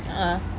a'ah